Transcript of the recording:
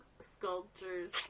sculptures